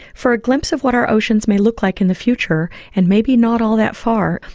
for a glimpse of what our oceans may look like in the future and maybe not all that far,